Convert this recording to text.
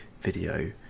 video